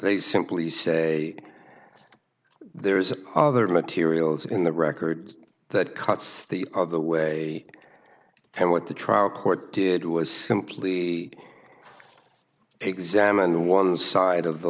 they simply say there is a other materials in the record that cuts the other way and what the trial court did was simply examined one side of the